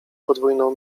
podwójną